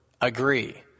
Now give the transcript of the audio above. agree